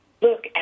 look